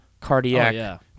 cardiac